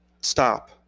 Stop